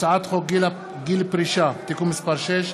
הצעת חוק גיל פרישה (תיקון מס' 6),